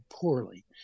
poorly